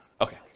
Okay